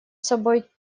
собой